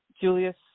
Julius